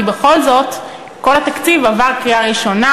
כי בכל זאת כל הצעת התקציב עברה בקריאה ראשונה,